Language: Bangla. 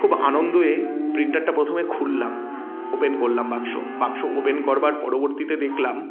খুব আনন্দয়ে প্রিন্টারটা প্রথমে খুললাম ওপেন করলাম বাক্স বাক্স ওপেন করবার পরবর্তীতে দেখলাম